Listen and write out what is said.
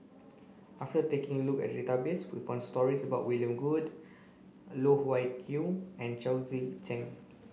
after taking a look at database we found stories about William Goode Loh Wai Kiew and Chao Tzee Cheng